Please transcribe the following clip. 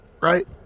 right